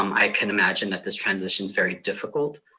um i can imagine that this transition is very difficult,